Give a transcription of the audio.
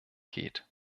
geht